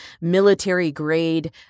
military-grade